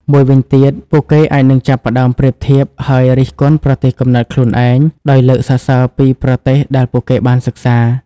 មួយវិញទៀត ពួកគេអាចនឹងចាប់ផ្តើមប្រៀបធៀប ហើយរិះគន់ប្រទេសកំណើតខ្លួនឯង ដោយលើកសរសើរពីប្រទេសដែលពួកគេបានសិក្សា។